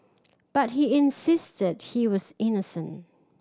but he insisted he was innocent